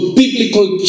biblical